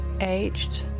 Aged